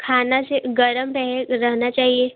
खाना से गर्म रहे तो रह रहना चाहिए